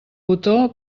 botó